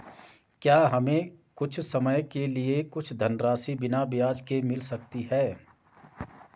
क्या हमें कुछ समय के लिए कुछ धनराशि बिना ब्याज के मिल सकती है?